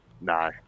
no